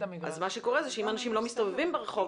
מה שקורה הוא שאם אנשים לא מסתובבים ברחוב,